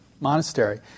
monastery